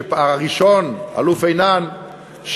אלוף עינן,